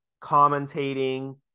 commentating